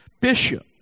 Bishop